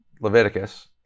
leviticus